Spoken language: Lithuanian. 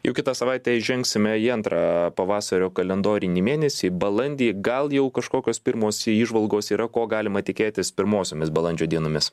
jau kitą savaitę įžengsime į antrą pavasario kalendorinį mėnesį balandį gal jau kažkokios pirmos įžvalgos yra ko galima tikėtis pirmosiomis balandžio dienomis